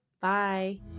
Bye